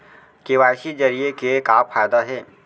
KYC जरिए के का फायदा हे?